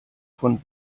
von